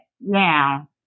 now